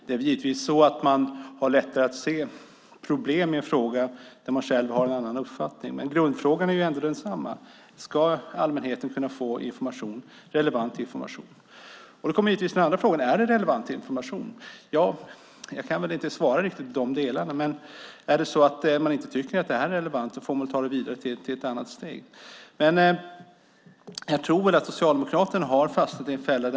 Det är givetvis så att man har lättare att se problem i en fråga där man själv har en annan uppfattning. Men grundfrågan är ändå densamma. Ska allmänheten kunna få relevant information? Då kommer givetvis den andra frågan: Är det relevant information? Jag kan väl inte riktigt svara i de delarna, men är det så att man inte tycker att det är relevant får man ta det ett steg vidare. Jag tror att Socialdemokraterna har fastnat i en fälla.